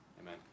Amen